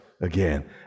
again